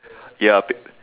ya be~